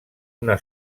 una